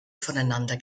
voneinander